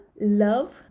love